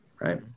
right